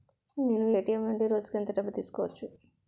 నేను ఎ.టి.ఎం నుండి రోజుకు ఎంత డబ్బు తీసుకోవచ్చు?